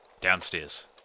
Downstairs